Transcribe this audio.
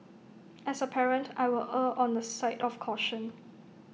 as A parent I will err on the side of caution